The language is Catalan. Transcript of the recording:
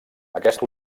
aquest